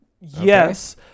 yes